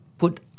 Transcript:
put